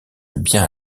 bien